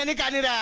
and got it ah